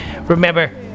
Remember